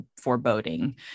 foreboding